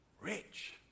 rich